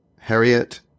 Harriet